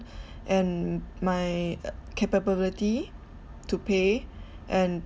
and my uh capability to pay and